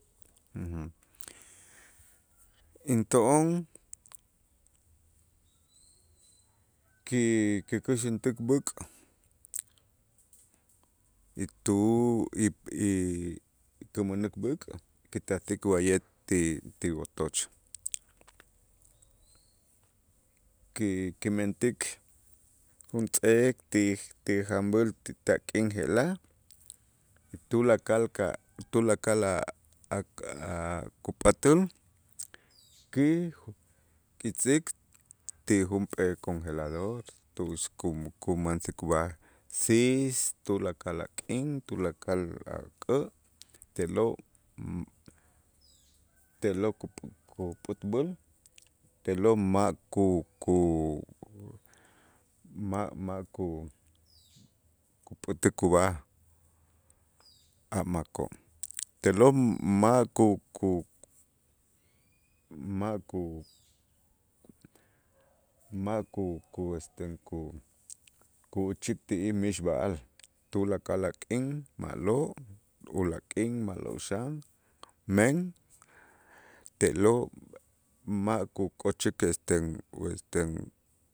Into'on ki- kikäxäntik b'äk' y tu y- y tumänak b'äk' kitasik wa'ye' ti- ti wotoch ki- kimentik juntz'eek ti janb'äl ti tak'in je'la' tulakal ka' tulakal a'-a'-a' kupat'äl ki- kitz'ik ti junp'ee conjelador tu'ux ku- kumansik ub'aj siis tulakal a k'in, tulakal ak'ä' te'lo' te'lo' kup- kupätb'äl te'lo' ma' ku- ku ma'-ma' ku- kupät'äk ub'aj a' makoo' te'lo' ma' ku- ku ma' ku ma' ku- ku este ku- ku'uchit ti'ij mixb'a'al tulakal a' k'in ma'lo' ulaak' k'in ma'lo' xan men te'lo' ma' ku- kuk'ochik esten o esten